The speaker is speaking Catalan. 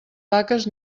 vaques